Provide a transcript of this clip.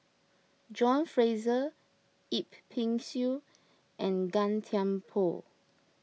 John Fraser Yip Pin Xiu and Gan Thiam Poh